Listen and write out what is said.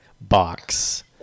box